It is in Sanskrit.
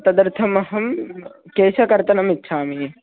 तदर्थम् अहं केशकर्तनमिच्छामि